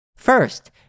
First